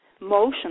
motion